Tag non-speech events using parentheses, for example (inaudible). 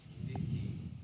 (breath)